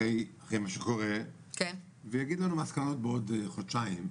אחרי מה שקורה ויגיד לנו מסקנות בעוד חודשיים,